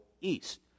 East